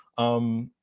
um,